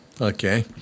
Okay